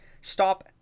stop